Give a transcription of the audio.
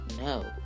no